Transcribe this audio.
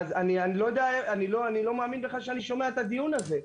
אני לא מאמין בכלל שאני שומע את הדיון הזה.